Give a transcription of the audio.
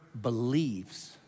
believes